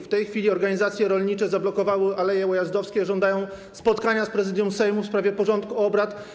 W tej chwili organizacje rolnicze zablokowały Aleje Ujazdowskie i żądają spotkania z Prezydium Sejmu w sprawie porządku obrad.